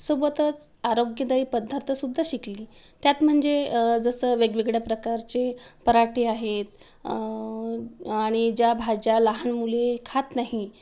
सोबतच आरोग्यदायी पदार्थसुद्धा शिकली त्यात म्हणजे जसं वेगवेगळ्या प्रकारचे पराठे आहेत आणि ज्या भाज्या लहान मुली खात नाही